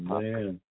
man